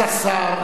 אתה שר,